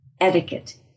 etiquette